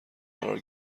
قرار